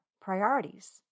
priorities